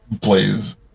plays